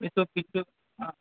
এই সব কিছু